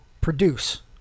produce